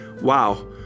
Wow